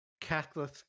Catholic